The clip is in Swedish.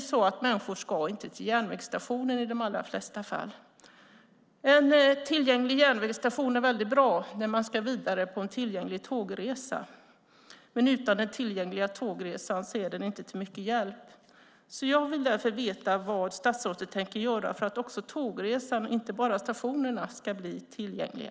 Människor ska inte till järnvägsstationen i de allra flesta fall. En tillgänglig järnvägsstation är väldigt bra när man ska vidare på en tillgänglig tågresa, men utan den tillgängliga tågresan är den inte till mycket hjälp. Jag vill därför veta vad statsrådet tänker göra för att också tågresorna och inte bara stationerna ska bli tillgängliga.